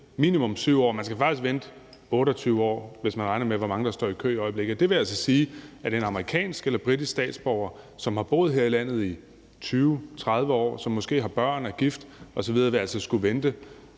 minimum 7 år, og man skal faktisk vente 28 år, hvis man regner med, hvor mange der står i kø i øjeblikket. Det vil altså sige, at en amerikansk eller britisk statsborger, som har boet her i landet i 20 eller 30 år, og som måske har børn, er gift osv., altså vil skulle vente